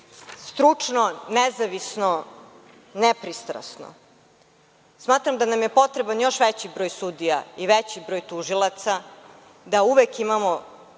stručno, nezavisno, nepristrasno. Smatram da nam je potreban još veći broj sudija i veći broj tužilaca, da uvek imamo